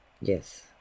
Yes